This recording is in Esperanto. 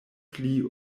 pli